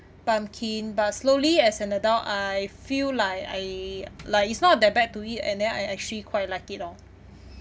pumpkin but slowly as an adult I feel like I like it's not that bad to eat and then I actually quite like it lor